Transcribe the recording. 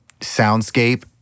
soundscape